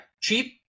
cheap